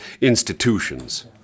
institutions